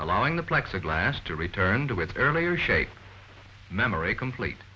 allowing the plexiglass to return to with earlier shake memory complete